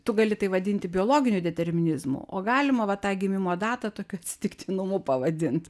tu gali tai vadinti biologiniu determinizmu o galima va tą gimimo datą tokiu atsitiktinumu pavadint